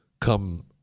come